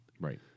right